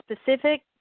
specific